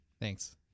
Thanks